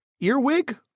earwig